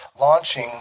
Launching